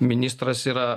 ministras yra